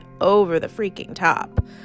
over-the-freaking-top